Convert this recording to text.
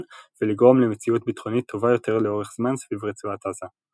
ולגרום למציאות ביטחונית טובה יותר לאורך זמן סביב רצועת עזה.